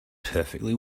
perfectly